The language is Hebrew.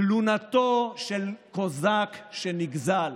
תלונתו של קוזק שנגזל,